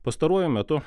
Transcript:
pastaruoju metu